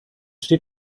steht